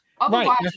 Otherwise